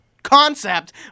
concept